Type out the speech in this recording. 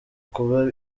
kuba